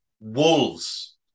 Wolves